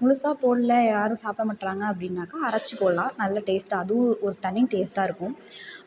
முழுசாக போடல யாரும் சாப்பிட மாட்றாங்க அப்டினாக்கா அரைத்து போடுலாம் நல்லா டேஸ்ட்டாக அதுவும் ஒரு தனி டேஸ்ட்டாக இருக்கும்